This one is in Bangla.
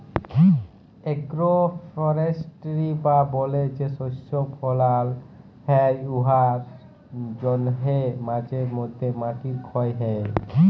এগ্রো ফরেস্টিরি বা বলে যে শস্য ফলাল হ্যয় উয়ার জ্যনহে মাঝে ম্যধে মাটির খ্যয় হ্যয়